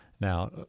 Now